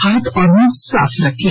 हाथ और मुंह साफ रखें